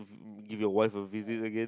give your wife a visit again